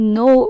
no